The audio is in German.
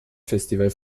festival